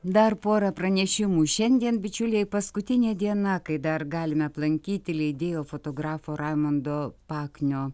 dar porą pranešimų šiandien bičiuliai paskutinė diena kai dar galime aplankyti leidėjo fotografo raimundo paknio